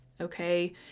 okay